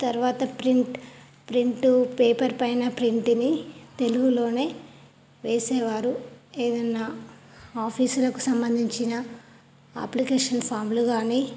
తర్వాత print print paper పైన ప్రింటుని తెలుగులో వేసేవారు ఏదన్న ఆఫీసులకు సంబంధించిన అప్లికేషన్ ఫామ్లు కానీ